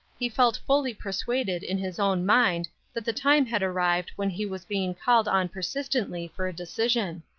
he felt fully persuaded in his own mind that the time had arrived when he was being called on persistently for a decision.